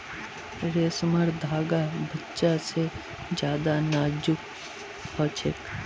रेसमर धागा बच्चा से ज्यादा नाजुक हो छे